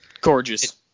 Gorgeous